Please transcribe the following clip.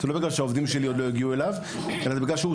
זה לא בגלל שהעובדים שלי עוד לא הגיעו אליו,